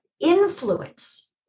influence